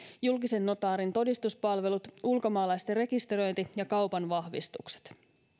julkisen notaarin todistuspalvelut ulkomaalaisten rekisteröinti ja kaupanvahvistukset